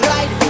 Right